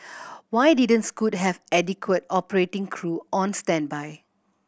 why didn't Scoot have adequate operating crew on standby